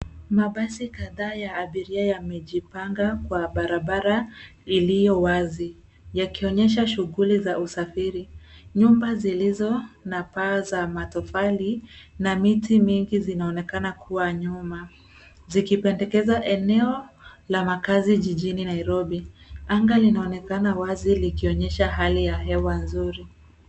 Mabasi kadhaa ya abiria yamejipanga kwa barabara iliyo wazi, yakionyesha shughuli za usafiri. Nyumba zilizo na paa za matofali, na miti mingi zinaonekana kua nyuma, zikipendekeza eneo la makazi jijini Nairobi. Anga linaonekana wazi likionyesha hali ya hewa nzuri.